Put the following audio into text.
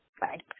Bye